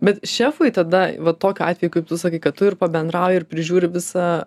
bet šefui tada va tokiu atveju kaip tu sakai kad tu ir pabendrauji ir prižiūri visą